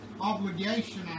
obligation